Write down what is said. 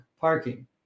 parking